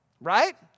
right